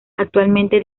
actualmente